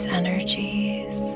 energies